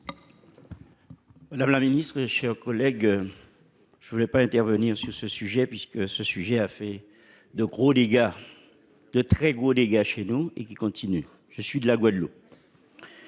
La la ministre et chers collègues, je ne voulais pas intervenir sur ce sujet puisque ce sujet a fait de gros dégâts, de très gros dégâts chez nous et qui continue, je suis de la Guadeloupe.